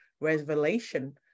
revelation